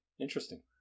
interesting